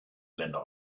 länder